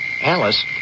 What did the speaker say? Alice